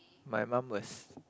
my mum was